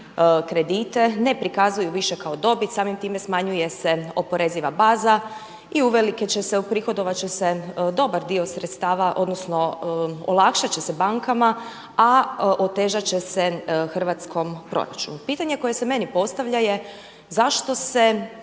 kredite ne prikazuju više kao dobit, samim time smanjuje se oporeziva baza i uvelike će se, uprihodovat će se dobar dio sredstava odnosno olakšat će se bankama, a otežat će se hrvatskom proračunu. Pitanje koje se meni postavlja je zašto se